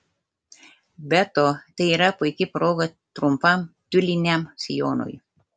be to tai yra puiki proga trumpam tiuliniam sijonui